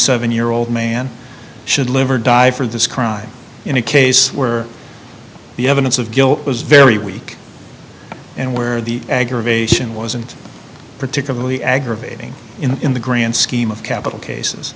seven year old man should live or die for this crime in a case where the evidence of guilt was very weak and where the aggravation wasn't particularly aggravating in the grand scheme of capital